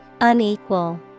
Unequal